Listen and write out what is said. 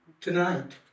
Tonight